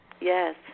Yes